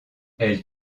elle